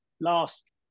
last